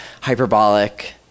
hyperbolic